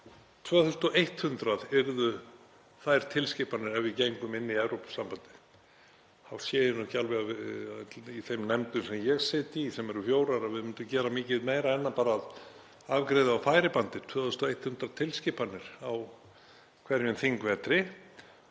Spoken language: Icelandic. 2.100 yrðu þær tilskipanir ef við gengjum í Evrópusambandið. Ég sé nú ekki alveg að í þeim nefndum sem ég sit í, sem eru fjórar, myndum við gera mikið meira en að bara afgreiða á færibandi 2.100 tilskipanir á hverjum þingvetri.